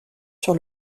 sur